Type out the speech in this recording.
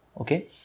okay